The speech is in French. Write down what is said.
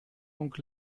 donc